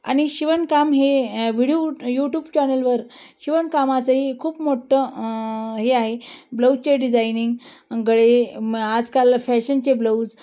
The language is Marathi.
आणि शिवणकाम हे व्हिडिओ यूट्यूब चॅनेलवर शिवणकामाचंही खूप मोठं हे आहे ब्लाऊजचे डिझायनिंग गळे म आजकाल फॅशनचे ब्लाऊज